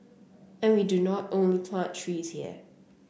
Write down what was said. and we do not only plant trees here